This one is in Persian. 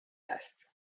است